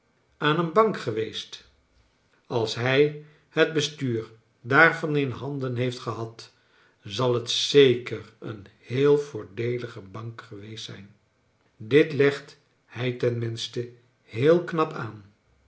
aan een bank geweest als hij het bestuur daarvan in handen heeft gehad zal het zeker een heel voordeelige bank geweest zijn dit legt hij ten minste heel knaw aan